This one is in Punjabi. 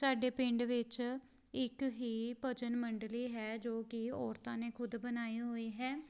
ਸਾਡੇ ਪਿੰਡ ਵਿੱਚ ਇੱਕ ਹੀ ਭਜਨ ਮੰਡਲੀ ਹੈ ਜੋ ਕਿ ਔਰਤਾਂ ਨੇ ਖੁਦ ਬਣਾਈ ਹੋਈ ਹੈ